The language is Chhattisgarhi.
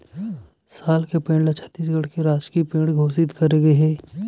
साल के पेड़ ल छत्तीसगढ़ के राजकीय पेड़ घोसित करे गे हे